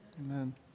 Amen